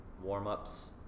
warm-ups